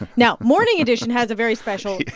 now, morning edition has a very special. yeah.